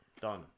done